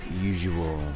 usual